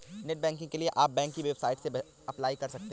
net banking के लिए आप बैंक की वेबसाइट से भी अप्लाई कर सकते है